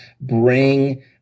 bring